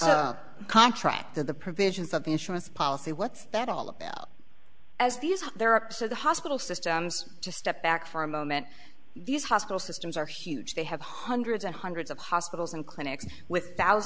so contracted the provisions of the insurance policy what's that all about as these what they're up to the hospital systems to step back for a moment these hospital systems are huge they have hundreds and hundreds of hospitals and clinics with